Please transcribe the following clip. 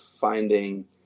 finding